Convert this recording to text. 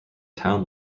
town